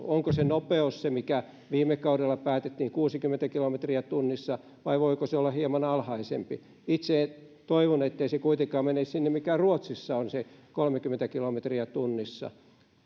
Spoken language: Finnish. onko nopeus se mikä viime kaudella päätettiin kuusikymmentä kilometriä tunnissa vai voiko se olla hieman alhaisempi itse toivon ettei se kuitenkaan mene siihen mikä se ruotsissa on kolmekymmentä kilometriä tunnissa